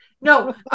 No